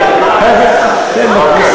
היהודים.